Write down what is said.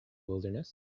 wilderness